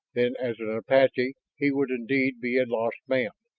then as an apache he would indeed be a lost man.